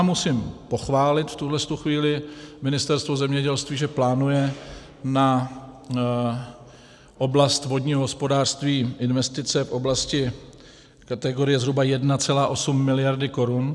Musím pochválit v tuhle chvíli Ministerstvo zemědělství, že plánuje na oblast vodního hospodářství investice v oblasti, kategorie zhruba 1,8 mld. korun.